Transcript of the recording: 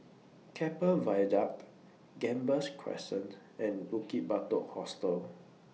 Keppel Viaduct Gambas Crescent and Bukit Batok Hostel